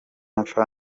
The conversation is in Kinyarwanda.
mpfa